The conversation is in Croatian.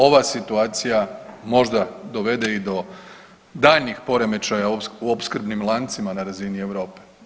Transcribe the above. Ova situacija možda dovede i do daljnjih poremećaja u opskrbnim lancima na razini Europe.